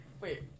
Wait